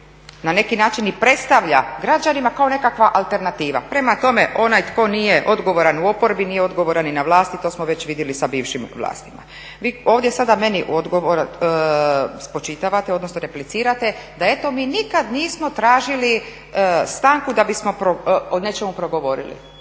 na neki način i predstavlja građanima kao nekakva alternativa. Prema tome, onaj tko nije odgovoran u oporbi nije odgovoran ni na vlasti to smo već vidjeli sa bivšim vlastima. Vi ovdje sada meni spočitavate, odnosno replicirate da eto mi nikad nismo tražili stanku da bismo o nečemu progovorili.